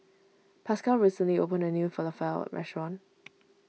Pascal recently opened a new Falafel restaurant